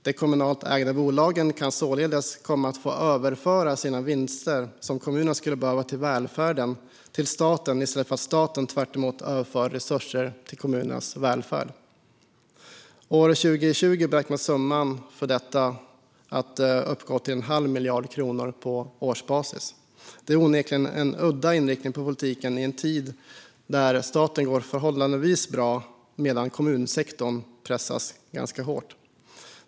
De kommunalt ägda bolagen kan således komma att få överföra sina vinster, som kommunerna skulle behöva till välfärden, till staten i stället för att staten tvärtom överför resurser till kommunernas välfärd. År 2020 beräknas summan för detta att uppgå till en halv miljard kronor på årsbasis. Det är onekligen en udda inriktning på politiken i en tid där staten går förhållandevis bra medan kommunsektorn pressas ganska hårt.